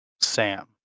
Sam